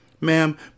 Ma'am